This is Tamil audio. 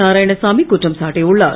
நாராயணசாமி குற்றம் சாட்டியுள்ளார்